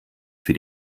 für